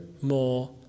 more